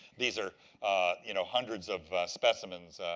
these are you know hundreds of specimens,